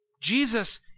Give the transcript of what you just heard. Jesus